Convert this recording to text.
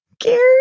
gary